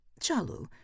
Chalu